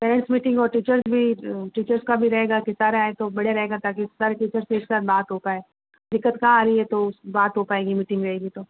parents meeting हो तो teachers भी टीचर्स का भी रहेगा की सारा आए तो बढ़िया रहेगा ताकि सारे टीचर्स से एक साथ बात हो पाए दिक्कत कहाँ आ रही है बात हो पाएगी मीटिंग रहेगी तो